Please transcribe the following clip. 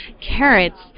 carrots